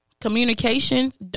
communications